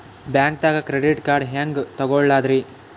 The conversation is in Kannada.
ಬ್ಯಾಂಕ್ದಾಗ ಕ್ರೆಡಿಟ್ ಕಾರ್ಡ್ ಹೆಂಗ್ ತಗೊಳದ್ರಿ?